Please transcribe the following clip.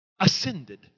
ascended